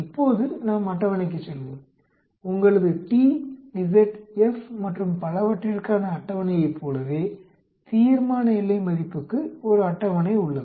இப்போது நாம் அட்டவணைக்குச் செல்வோம் உங்களது t z F மற்றும் பலவற்றிற்கான அட்டவணையைப் போலவே தீர்மான எல்லை மதிப்புக்கு ஒரு அட்டவணை உள்ளது